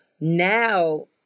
Now